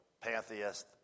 pantheist